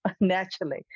naturally